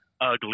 ugly